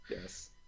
Yes